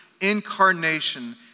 incarnation